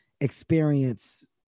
experience